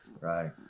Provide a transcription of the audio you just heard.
Right